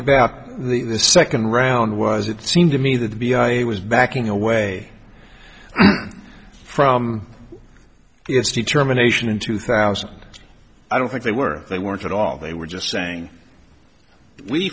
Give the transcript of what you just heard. about the second round was it seemed to me that the b i he was backing away from its determination in two thousand i don't think they were they weren't at all they were just saying we